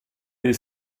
del